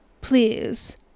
please